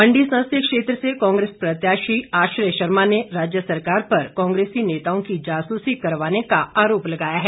मंडी संसदीय क्षेत्र से कांग्रेस प्रत्याशी आश्रय शर्मा ने राज्य सरकार पर कांग्रेसी नेताओं की जासूसी करवाने का आरोप लगाया है